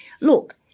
look –